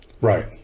Right